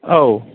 औ